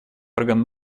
орган